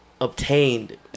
obtained